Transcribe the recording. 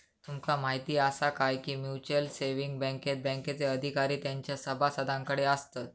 तुमका म्हायती आसा काय, की म्युच्युअल सेविंग बँकेत बँकेचे अधिकार तेंच्या सभासदांकडे आसतत